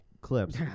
clips